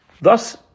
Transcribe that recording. Thus